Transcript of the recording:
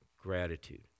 gratitude